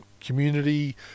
community